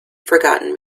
forgotten